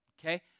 Okay